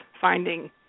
finding